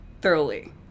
thoroughly